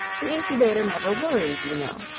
the incubator never worries, you know.